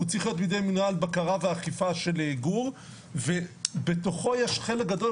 הוא צריך להיות בידי מנהל בקרה ואכיפה של גור ובתוכו יש חלק גדול,